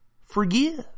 forgive